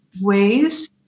ways